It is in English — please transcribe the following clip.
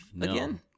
again